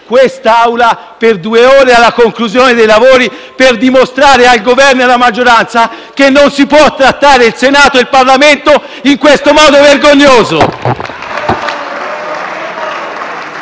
questa Aula per due ore, dopo la conclusione dei lavori, per dimostrare al Governo e alla maggioranza che non si può trattare il Senato e il Parlamento in questo modo vergognoso.